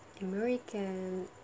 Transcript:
American